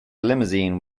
limousine